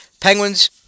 Penguins